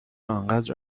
آنقدر